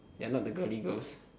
they are not the girly girls